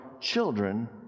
children